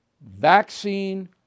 vaccine